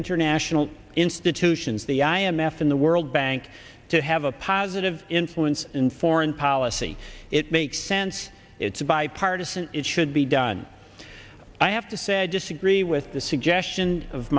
international institutions the i m f and the world bank to have a positive influence in foreign policy it makes sense it's bipartisan it should be done i have to say i disagree with the suggestion of